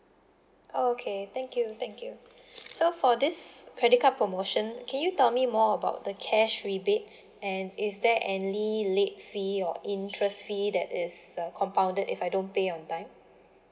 okay thank you thank you so for this credit card promotion can you tell me more about the cash rebates and is there any late fee or interest fee that is uh compounded if I don't pay on time